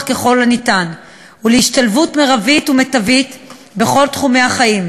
ככל האפשר ולהשתלבות מרבית ומיטבית בכל תחומי החיים.